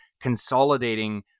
consolidating